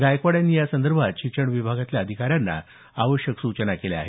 गायकवाड यांनी या संदर्भात शिक्षण विभागातल्या अधिकाऱ्यांना आवश्यक सूचना केल्या आहेत